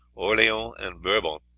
orleans, and bourbon,